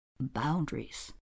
Boundaries